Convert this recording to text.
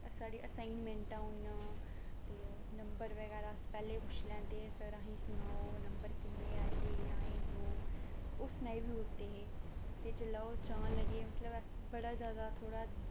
साढ़ी असाइनमैंटां होनियां ते नंबर बगैरा अस पैह्लें पुच्छी लैंदे हे सर असें गी सनाओ नंबर किन्ने आए दे जां एह् वो ओह् सनाई बी ओड़दे हे ते जेल्लै ओह् जान लगे मतलब अस बड़ा जैदा थोह्ड़ा